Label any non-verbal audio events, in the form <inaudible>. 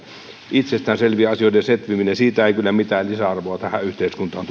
itsestään selvien asioiden setvimisestä ei kyllä mitään lisäarvoa tähän yhteiskuntaan <unintelligible>